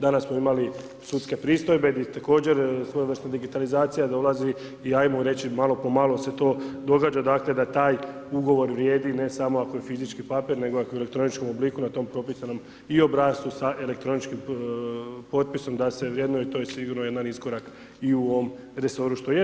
Danas smo imali sudske pristojbe, gdje također svojevrsno digitalizacija dolazi i ajmo reći, malo po malo se to događa, dakle, da taj ugovor vrijedi, ne samo ako je fizički papir, nego ako je i elektroničkom obliku na tom propisanom i obrascu sa elektroničkim potpisujemo da se vrednuje i to je sigurno jedan iskorak i u ovom resoru što je.